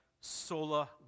Sola